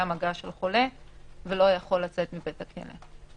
במגע עם חולה ולא יכול לצאת מבית הכלא.